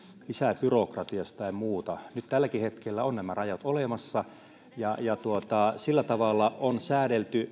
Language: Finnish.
lisäbyrokratiasta tai muusta nyt tälläkin hetkellä on nämä rajat olemassa sillä tavalla on säädelty